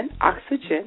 oxygen